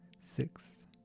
six